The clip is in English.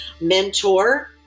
mentor